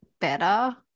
better